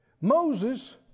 Moses